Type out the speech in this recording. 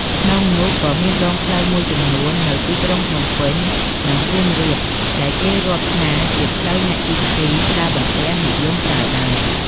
ក្នុងនោះក៏មានដងផ្លូវមួយចំនួននៅទីក្រុងភ្នំពេញ និងសៀមរាបដែលគេរាប់ថាជាផ្លូវអ្នកជិះស្គីក្ដារបន្ទះនិយមប្រើដែរ។